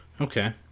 Okay